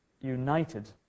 united